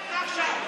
עכשיו,